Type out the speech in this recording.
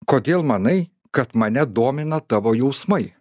kodėl manai kad mane domina tavo jausmai